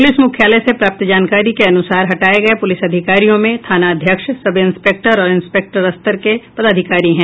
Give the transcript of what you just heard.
police मुख्यालय से प्राप्त जानकारी के अनुसार हटाये गये पुलिस अधिकारियों में थानाध्यक्ष सब इंस्पेक्टर और इंस्पेक्टर स्तर के पदाधिकारी हैं